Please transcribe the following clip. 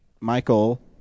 Michael